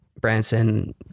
Branson